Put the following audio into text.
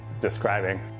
describing